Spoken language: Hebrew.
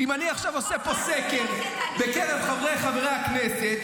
אם אני עכשיו עושה פה סקר בקרב חברי הכנסת,